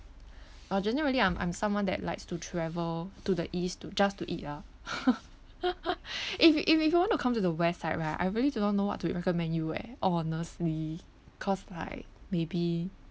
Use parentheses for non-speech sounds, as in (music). uh generally I'm I'm someone that likes to travel to the east to just to eat ah (laughs) if you if you if you want to come to the west side right I really do not know what to recommend you eh honestly cause like maybe